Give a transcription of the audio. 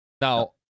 Now